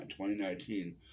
2019